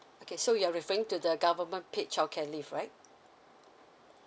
okay so you're referring to the government paid childcare leave right